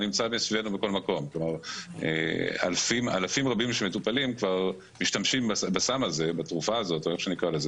כל הדבר הזה יחסוך זמן ויאפשר גם ליק"ר לעבוד